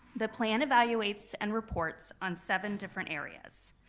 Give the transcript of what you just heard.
the plan evaluates and reports on seven different areas.